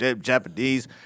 Japanese